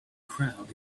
crowd